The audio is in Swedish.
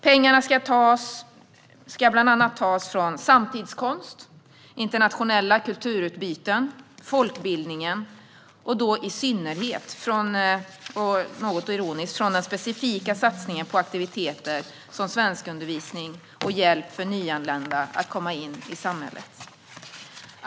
Pengarna ska bland annat tas från samtidskonst, internationella kulturutbyten, folkbildningen, i synnerhet från - något ironiskt - den specifika satsningen på aktiviteter som svenskundervisning och hjälp för nyanlända att komma in i samhället.